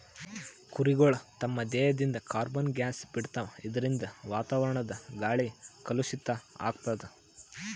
ಕುರಿಗಳ್ ತಮ್ಮ್ ದೇಹದಿಂದ್ ಕಾರ್ಬನ್ ಗ್ಯಾಸ್ ಬಿಡ್ತಾವ್ ಇದರಿಂದ ವಾತಾವರಣದ್ ಗಾಳಿ ಕಲುಷಿತ್ ಆಗ್ತದ್